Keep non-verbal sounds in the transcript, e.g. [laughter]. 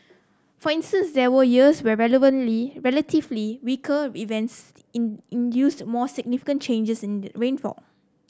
for instance there were years where relevantly relatively weaker events [unintelligible] induced more significant changes in rainfall